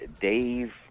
Dave